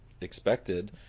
expected